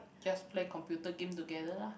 just play computer game together lah